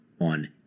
on